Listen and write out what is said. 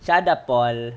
sean paul